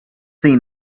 seen